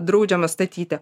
draudžiama statyti